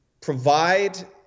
provide